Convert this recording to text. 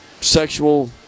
sexual